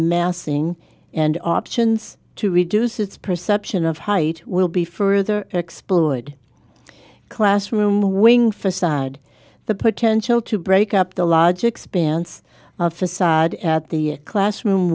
massing and options to reduce its perception of height will be further explored classroom wing facade the potential to break up the large expanse of facade at the classroom